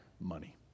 money